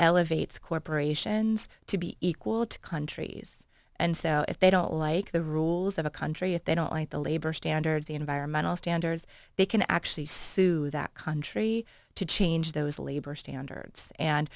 corporations to be equal to countries and so if they don't like the rules of a country if they don't like the labor standards the environmental standards they can actually sue that country to change those labor standards and